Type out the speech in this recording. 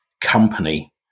company